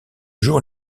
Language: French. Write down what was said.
jour